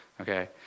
Okay